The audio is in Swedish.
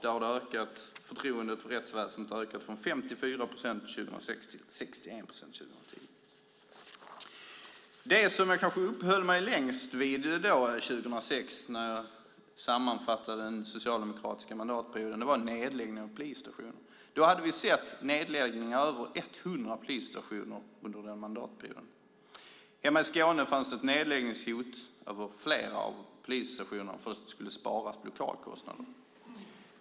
Där har förtroendet för rättsväsendet ökat från 54 procent 2006 till 61 procent 2010. Det som jag kanske uppehöll mig längst vid 2006 när jag sammanfattade den socialdemokratiska mandatperioden var nedläggningen av polisstationer. Då hade vi sett nedläggningar av över 100 polisstationer under den mandatperioden. Hemma i Skåne fanns det ett nedläggningshot över flera av polisstationerna eftersom det skulle sparas på lokalkostnaderna.